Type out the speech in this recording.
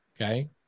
Okay